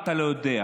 אם אתה לא יודע.